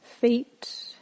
feet